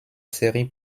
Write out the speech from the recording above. série